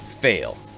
fail